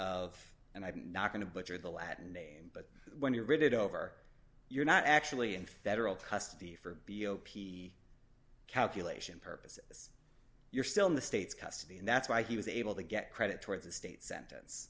of and i'm not going to butcher the latin name but when you're it over you're not actually in federal custody for be zero p calculation purposes you're still in the states custody and that's why he was able to get credit towards a state